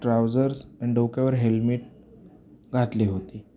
trousers आणि डोक्यावर helmet घातली होती